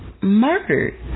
murdered